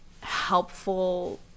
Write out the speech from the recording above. helpful